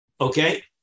Okay